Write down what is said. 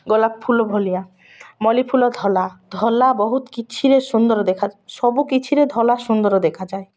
ଗୋଲାପ ଫୁଲ ଭଳିଆ ମଲ୍ଲି ଫୁଲ ଧଳା ଧଳା ବହୁତ କିଛିରେ ସୁନ୍ଦର ଦେଖା ସବୁକିଛିରେ ଧଳା ସୁନ୍ଦର ଦେଖାଯାଏ